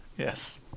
Yes